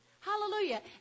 Hallelujah